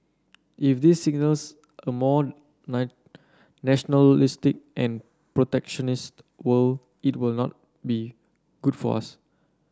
if this signals a more nine nationalistic and protectionist world it will not be good for us